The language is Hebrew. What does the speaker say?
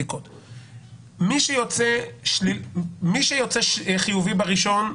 מי שיוצא חיובי בבדיקה הראשונה,